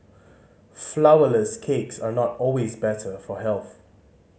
flourless cakes are not always better for health